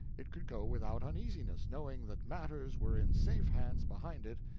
it could go without uneasiness, knowing that matters were in safe hands behind it,